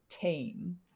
team